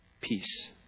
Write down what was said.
Peace